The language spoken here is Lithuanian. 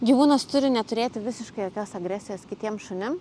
gyvūnas turi neturėti visiškai jokios agresijos kitiem šunim